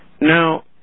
Now